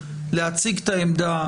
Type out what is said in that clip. להציג את העמדה,